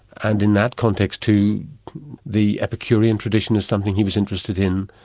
and in that context to the epicurean tradition is something he was interested in.